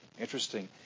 Interesting